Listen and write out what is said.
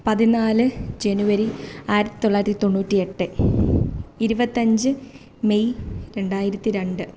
പതിനാല് ജനുവരി ആയിരത്തി തൊള്ളായിരത്തി തൊണ്ണൂറ്റി എട്ട് ഇരുപത്തിയഞ്ച് മേയ് രണ്ടായിരത്തി രണ്ട്